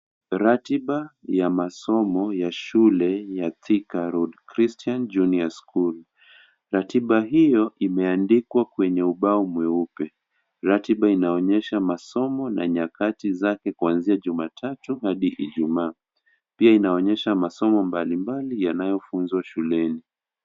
Ratiba ya masomo ya shule ya Thika Road Christian Junior School. Ratiba hii imeandikwa kwenye ubao mweupe. Ratiba inaonyesha masomo na nyakati zake kuanzia jumatatu hadi ijumaa. Pia inaonyesha masomo mbalimbali yanayofunzwa shuleni.